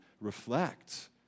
reflect